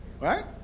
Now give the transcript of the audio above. right